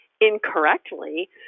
incorrectly